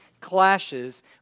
clashes